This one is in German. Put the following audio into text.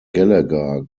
gallagher